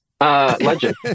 Legend